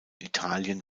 italien